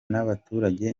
n’abaturage